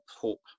hope